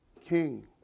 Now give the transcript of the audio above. king